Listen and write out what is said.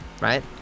right